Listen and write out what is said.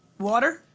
water?